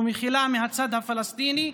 ומחילה מהצד הפלסטיני,